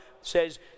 says